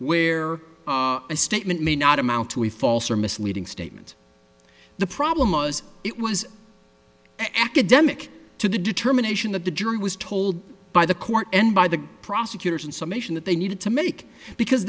where a statement may not amount to a false or misleading statement the problem was it was academic to the determination that the jury was told by the court and by the prosecutors in summation that they needed to make because